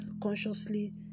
consciously